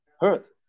hurt